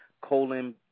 colon